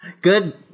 Good